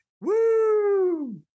Woo